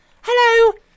Hello